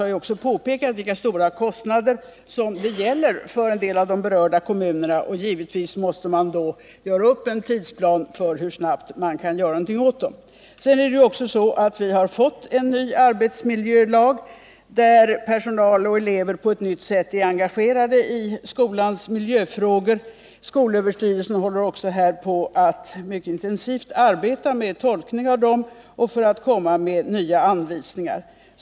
Men som också Inga Lantz påpekat gäller det här stora kostnader för en del av de berörda kommunerna, och då måste man givetvis göra upp en tidsplan för hur snabbt man kan göra någonting åt problemen. Vi har fått en ny arbetsmiljölag, och personal och elever är därigenom på ett — Nr 29 nytt sätt engagerade i skolans miljöfrågor. Skolöverstyrelsen arbetar också intensivt med tolkning av gällande regler för att komma med nya anvisningar.